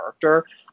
character